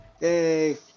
Yay